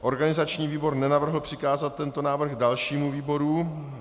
Organizační výbor nenavrhl přikázat tento návrh dalšímu výboru.